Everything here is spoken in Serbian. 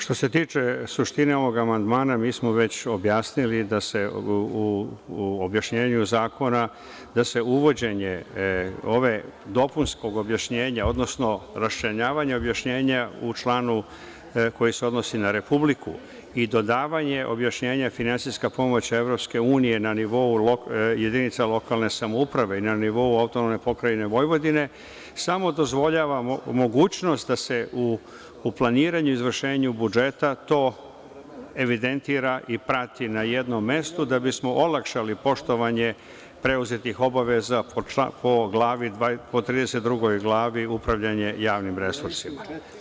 Što se tiče suštine ovog amandmana, mi smo već objasnili u objašnjenju zakona da se uvođenje ovog dopunskog objašnjenja odnosno raščlanjavanje objašnjenja u članu koji se odnosi na republiku i dodavanje objašnjenja – finansijska pomoć EU na nivou jedinica lokalne samouprave i na nivou AP Vojvodine, samo dozvoljavamo mogućnost da se u planiranju izvršenja budžeta to evidentira i prati na jednom mestu, da bismo olakšali poštovanje preuzetih obaveza po glavi 32 – upravljanje javnim resursima.